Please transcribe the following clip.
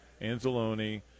Anzalone